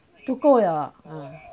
不够了啦啊